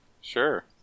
Sure